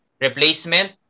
replacement